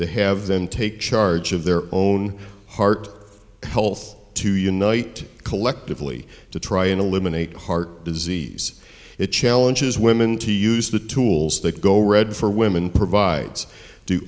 to have them take charge of their own heart health to unite collectively to try and eliminate heart disease it challenges women to use the tools that go read for women provides do